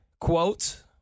quote